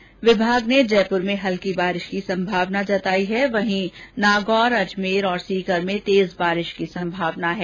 मौसम विभाग ने जयपुर में हल्की बारिश की संभावना व्यक्त की है वहीं नागौर अजमेर और सीकर में तेज बारिश की संभावना जताई है